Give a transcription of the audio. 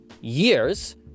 years